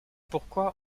pourquoi